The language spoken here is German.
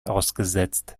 ausgesetzt